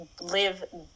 live